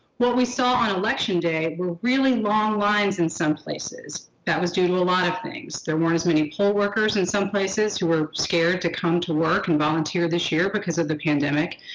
what we saw on election day were really long lines in some places. that was due to a lot of things. there weren't as many poll workers in some places, who were scared to come to work and volunteer this year because of the pandemic.